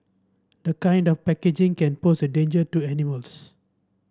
the kind of packaging can pose a danger to animals